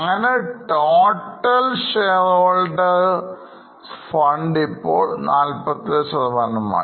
അങ്ങനെ total Sharae holders Funds ഇപ്പോൾ 47ശതമാനമായി